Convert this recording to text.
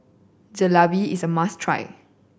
jalebi is a must try